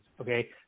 okay